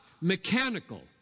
mechanical